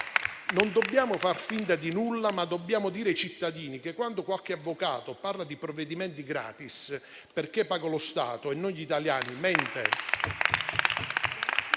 Non dobbiamo far finta di nulla, ma dobbiamo dire ai cittadini che quando qualche avvocato parla di provvedimenti gratis perché paga lo Stato e non gli italiani mente